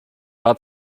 war